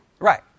Right